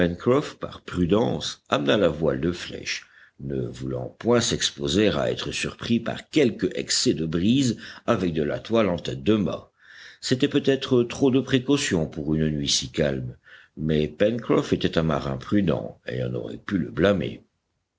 par prudence amena la voile de flèche ne voulant point s'exposer à être surpris par quelque excès de brise avec de la toile en tête de mât c'était peut-être trop de précaution pour une nuit si calme mais pencroff était un marin prudent et on n'aurait pu le blâmer